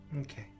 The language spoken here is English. Okay